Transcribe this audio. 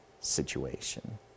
situation